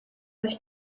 sich